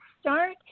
start